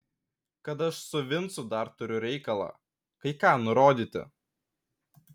kad aš su vincu dar turiu reikalą kai ką nurodyti